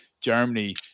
germany